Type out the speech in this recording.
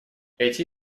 эти